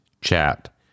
Chat